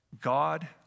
God